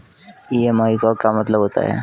EMI का क्या मतलब होता है?